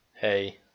hey